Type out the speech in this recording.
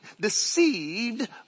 deceived